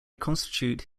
constitute